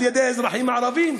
על-ידי האזרחים הערבים,